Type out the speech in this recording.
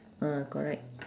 ah correct